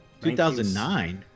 2009